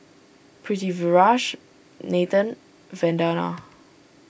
Pritiviraj Nathan Vandana